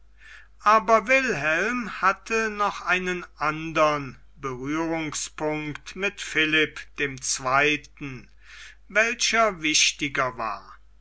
aber wilhelm hatte noch einen andern berührungspunkt mit philipp dem zweiten welcher wichtiger war